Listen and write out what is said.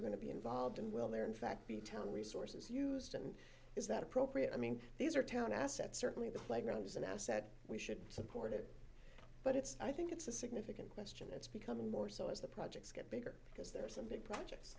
are going to be involved in will there in fact be telling resources used and is that appropriate i mean these are town assets certainly the playground is an asset we should support it but it's i think it's a significant question it's becoming more so as the projects get bigger because there are some big projects